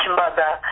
mother